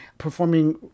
performing